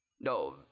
No